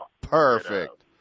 Perfect